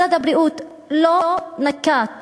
משרד הבריאות לא נקט,